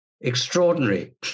extraordinary